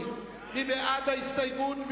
מי בעד ההסתייגות?